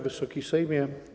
Wysoki Sejmie!